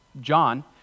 John